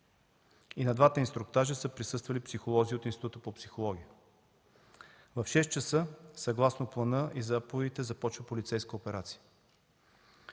И на двата инструктажа са присъствали психолози от Института по психология. В 6,00 ч. съгласно плана и заповедите започва полицейската операция.